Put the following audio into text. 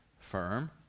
Firm